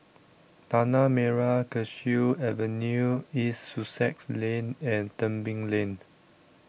Tanah Merah Kechil Avenue East Sussex Lane and Tebing Lane